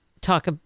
talk